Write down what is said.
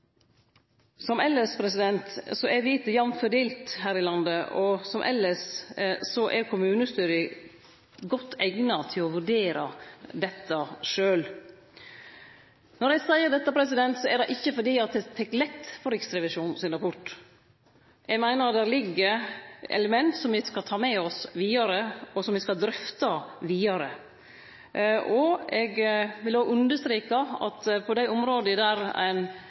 Som elles er vitet jamt fordelt her i landet, og som elles er kommunestyra godt eigna til å vurdere dette sjølve. Når eg seier dette, er det ikkje fordi eg tek lett på Riksrevisjonen sin rapport. Eg meiner at det ligg element der som me skal ta med oss vidare, og som me skal drøfte vidare, og eg vil òg understreke at på dei områda der ein